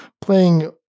playing